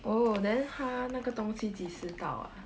oh then haha 那个东西几时到 ah